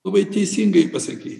labai teisingai pasakei